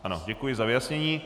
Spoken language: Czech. Ano, děkuji za vyjasnění.